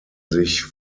sich